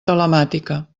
telemàtica